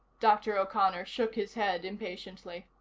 dr. o'connor shook his head impatiently.